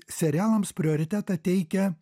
serialams prioritetą teikia